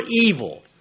evil